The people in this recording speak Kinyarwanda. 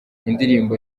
indirimbo